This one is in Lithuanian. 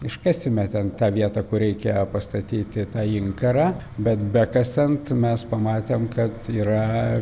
iškasime ten tą vietą kur reikia pastatyti tą inkarą bet bekasant mes pamatėm kad yra